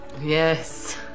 yes